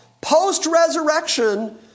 post-resurrection